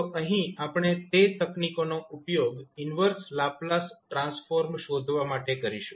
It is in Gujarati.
તો અહીં આપણે તે તકનીકોનો ઉપયોગ ઈન્વર્સ લાપ્લાસ ટ્રાન્સફોર્મ શોધવા માટે કરીશું